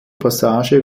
passage